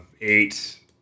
eight